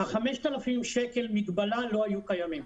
ה-5,000 שקלים מגבלה לא היו קיימים.